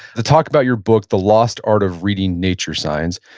to talk about your book, the lost art of reading nature signs.